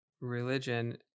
religion